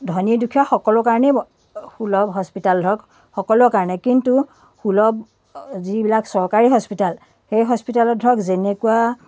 ধনী দুখীয়া সকলোৰে কাৰণে সুলভ হস্পিতেল ধৰক সকলোৰে কাৰণেই কিন্তু সুলভ যিবিলাক চৰকাৰী হস্পিতেল সেই হস্পিতেলত ধৰক যেনেকুৱা